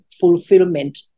fulfillment